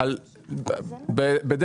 זה מצד